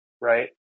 right